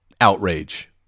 outrage